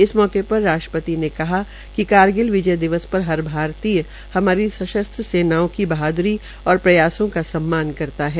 इस अवसर पर राष्ट्रपति ने कहा है कि कारगिल विजय दिवस पर हर भारतीय हमारी सशस्त्र सेनाओं की बहाद्री और प्रयासों का सम्मान करता है